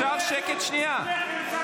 אפילו --- אין לך.